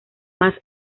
más